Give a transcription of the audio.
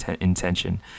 intention